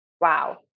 Wow